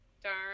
Darn